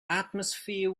atmosphere